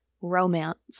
romance